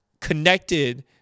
connected